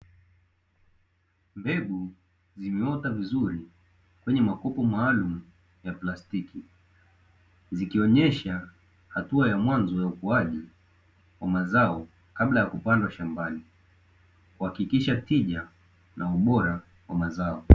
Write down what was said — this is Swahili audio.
Mbegu zimeota vizuri kwenye makopo maalumu ya plastiki, zikionyesha hatua ya mwanzo ya ukuaji wa mazao kabla ya kupandwa shambani, kuhakikisha tija na ubora wa mazao.